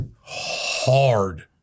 hard